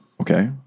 okay